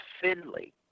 Finley